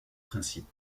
principes